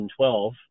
2012